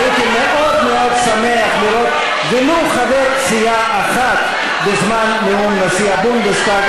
הייתי מאוד מאוד שמח לראות ולו חבר סיעה אחד בזמן נאום נשיא הבונדסטאג.